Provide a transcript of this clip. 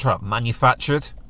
manufactured